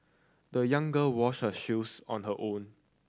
the young girl washed her shoes on her own